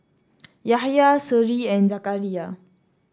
Yahya Seri and Zakaria